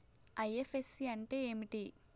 IFSC అంటే ఏమిటి?